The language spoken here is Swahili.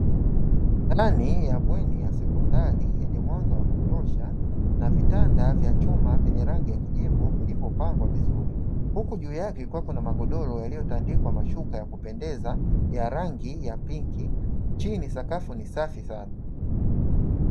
Ndani ya bweni la sekondari lenye mwanga wa kutosha na vitanda vya chuma vyenye rangi ya kijivu vilivopangwa vizuri, huku juu yake kukiwa na magodoro yaliyotandikwa mashuka ya kupendeza ya rangi ya pinki chini sakafu ni safi sana.